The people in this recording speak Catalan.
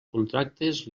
contractes